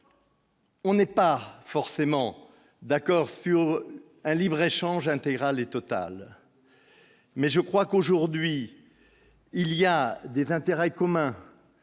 On n'est pas forcément d'accord sur un libre échange intégral et totale, mais je crois qu'aujourd'hui il y a des intérêts communs